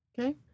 Okay